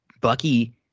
Bucky